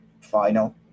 final